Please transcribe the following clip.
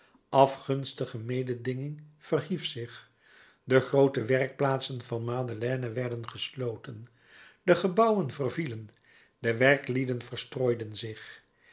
afgunstige mededinging verhief zich de groote werkplaatsen van madeleine werden gesloten de gebouwen vervielen de werklieden verstrooiden zich